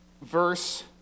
verse